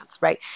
right